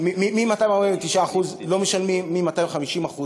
מ-249% לא משלמים ומ-250%,